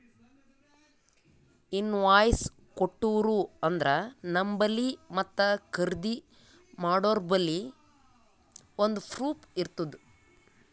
invoice ಕೊಟ್ಟೂರು ಅಂದ್ರ ನಂಬಲ್ಲಿ ಮತ್ತ ಖರ್ದಿ ಮಾಡೋರ್ಬಲ್ಲಿ ಒಂದ್ ಪ್ರೂಫ್ ಇರ್ತುದ್